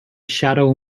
shadow